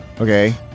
Okay